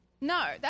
No